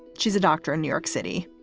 she's a doctor in new york city,